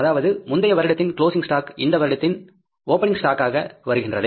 அதாவது முந்தைய வருடத்தின் க்லோசிங் ஸ்டாக் இந்த வருடத்தின் ஓப்பனிங் ஸ்டாக் ஆகா வருகின்றது